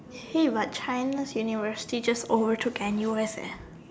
hey but China's university just overtook N_U_S eh